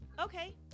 Okay